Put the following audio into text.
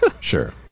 Sure